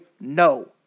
no